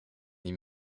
niet